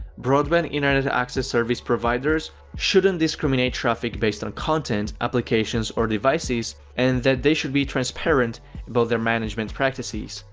broadband internet access service providers shouldn't discriminate traffic based on content, applications, or devices, and that they should be transparent about their management practices.